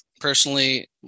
personally